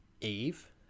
eve